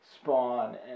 spawn